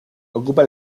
ocupa